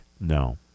No